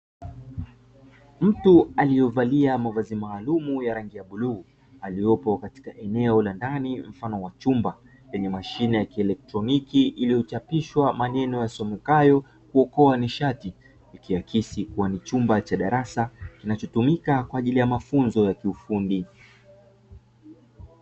Mtu aliyevalia mavazi maalumu ya rangi ya bluu aliopo katika eneo la ndani mfano wa chumba chenye mashine ya kielektroniki, iliyochapishwa maneno yasomekayo kuokoa nishati, ikiakisi kuwa ni chumba cha darasa kinachotumika kwa ajili ya mafunzo ya kiufundi.